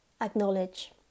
acknowledge